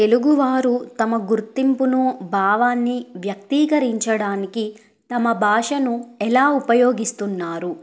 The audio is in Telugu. తెలుగువారు తమ గుర్తింపును భావాన్ని వ్యక్తీకరించడానికి తమ భాషను ఎలా ఉపయోగిస్తున్నారు